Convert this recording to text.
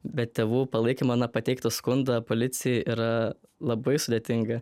be tėvų palaikymo na pateikti skundą policijai yra labai sudėtinga